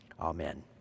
amen